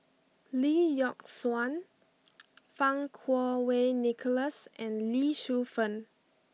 Lee Yock Suan Fang Kuo Wei Nicholas and Lee Shu Fen